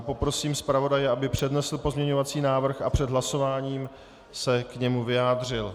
Poprosím zpravodaje, aby přednesl pozměňovací návrh a před hlasováním se k němu vyjádřil.